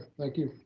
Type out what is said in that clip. thank you.